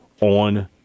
on